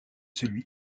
celui